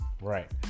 Right